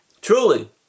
Truly